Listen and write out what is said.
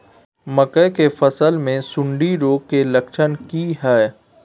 मकई के फसल मे सुंडी रोग के लक्षण की हय?